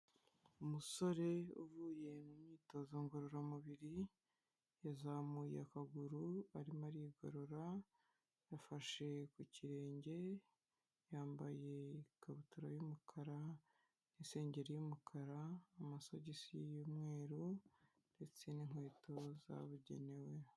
Umusore uvuye mu myitozo ngororamubiri, yazamuye akaguru arimo arigorora, yafashe ku kirenge, yambaye ikabutura y'umukara n'isengeri y'umukara, amasogisi y'umweru ndetse n'inkweto zabugenewe.